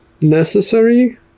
necessary